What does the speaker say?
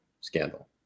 scandal